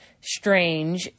strange